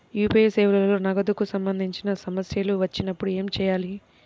UPI సేవలలో నగదుకు సంబంధించిన సమస్యలు వచ్చినప్పుడు ఏమి చేయాలి?